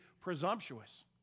presumptuous